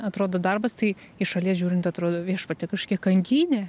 atrodo darbas tai iš šalies žiūrint atrodo viešpatie kažkiek kankynė